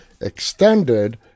extended